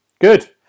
Good